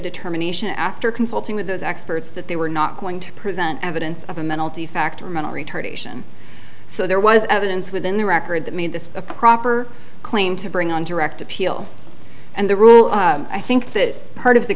determination after consulting with those experts that they were not going to present evidence of a mental defect or mental retardation so there was evidence within the record that made this a proper claim to bring on direct appeal and the rule i think that part of the